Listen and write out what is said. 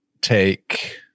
take